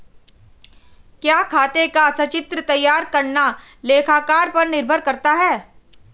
क्या खाते का संचित्र तैयार करना लेखाकार पर निर्भर करता है?